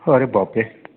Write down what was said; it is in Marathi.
अरे बापरे